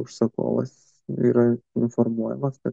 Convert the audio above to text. užsakovas yra informuojamas kad